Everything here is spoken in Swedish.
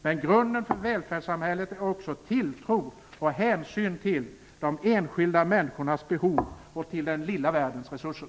Men grunden för välfärdssamhället är också tilltro och hänsyn till de enskilda människornas behov och till den lilla världens resurser.